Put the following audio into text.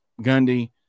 Gundy